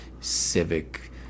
civic